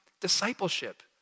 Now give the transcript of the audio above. discipleship